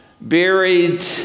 buried